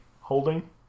holding